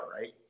right